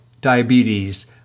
diabetes